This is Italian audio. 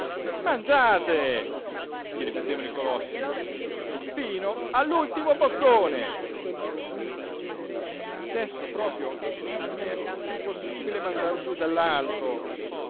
mangiate gli ripetevano i colossi fino all'ultimo boccone e adesso proprio non mi è piú possibile mandar giú